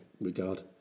regard